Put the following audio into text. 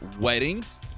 weddings